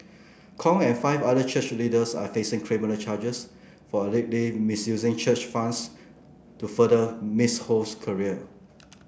Kong and five other church leaders are facing criminal charges for allegedly misusing church funds to further Miss Ho's career